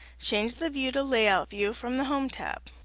change the view to layout view from the home tab.